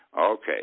Okay